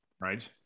right